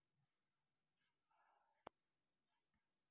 మా మావయ్య రైలు కింద చనిపోతే ఐదు లక్షల ప్రమాద భీమా ప్రభుత్వమే ఇచ్చింది